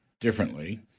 differently